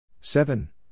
seven